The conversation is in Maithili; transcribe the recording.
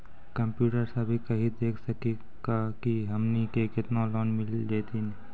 कंप्यूटर सा भी कही देख सकी का की हमनी के केतना लोन मिल जैतिन?